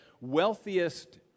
wealthiest